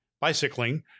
bicycling